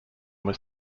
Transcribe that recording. was